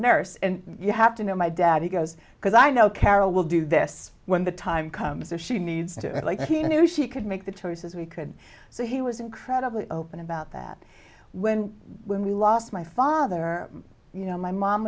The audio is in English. nurse and you have to know my daddy goes because i know carol will do this when the time comes or she needs to do it like he knew she could make the choices we could so he was incredibly open about that when when we lost my father you know my mom